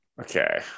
Okay